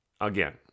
again